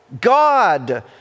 God